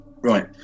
right